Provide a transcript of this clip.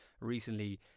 recently